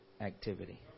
activity